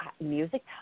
music